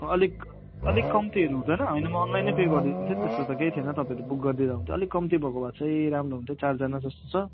अलिक अलिक कम्तीहरू हुँदैन होइन म अनलाइनै पे गरिदिन्छु नि त्यस्तो त केही थिएन तपाईँहरू बुक गरिदिँदा हुन्छ अलिक कम्ती भएको भए चाहिँ राम्रो हुन्थ्यो चारजना जस्तो छ